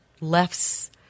left's